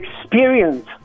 experience